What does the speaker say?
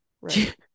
Right